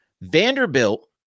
Vanderbilt